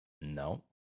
No